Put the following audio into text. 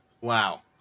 Wow